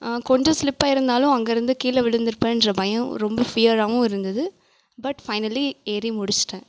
கொஞ்சம் சிலிப் ஆகியிருந்தாலும் அங்கேயிருந்து கீழே விழுந்துருப்பேன்ற பயம் ரொம்ப ஃபியராகவும் இருந்தது பட் ஃபைனலி ஏறி முடித்துட்டேன்